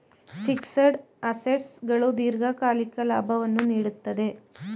fixed assets ಗಳು ದೀರ್ಘಕಾಲಿಕ ಲಾಭವನ್ನು ನೀಡುತ್ತದೆ